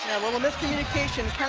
little miscommunication.